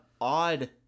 odd